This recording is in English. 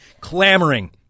Clamoring